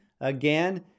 Again